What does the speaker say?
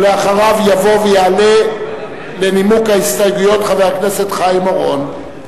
אחריו יבוא ויעלה לנימוק ההסתייגויות חבר הכנסת חיים אורון.